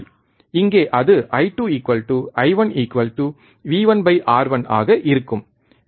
இங்கே அது I2 I1 V1 R1 ஆக இருக்கும்